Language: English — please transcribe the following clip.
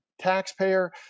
taxpayer